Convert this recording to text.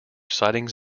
sightings